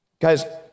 Guys